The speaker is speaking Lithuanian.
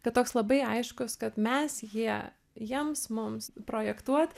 kad toks labai aiškus kad mes jie jiems mums projektuot